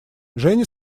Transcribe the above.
жене